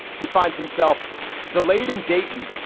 he finds himself delayed in dayton,